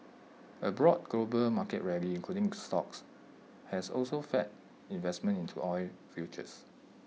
A broad global market rally including stocks has also fed investment into oil futures